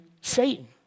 Satan